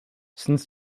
since